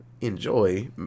enjoy